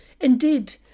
Indeed